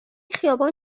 خیابان